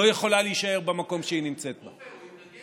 לא יכולה להישאר במקום שהיא נמצאת בו.